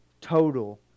total